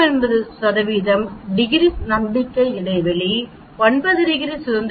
99 degree நம்பிக்கை இடைவெளி 9 degree சுதந்திரத்திற்கு 0